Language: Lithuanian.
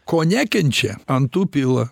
ko nekenčia ant tų pila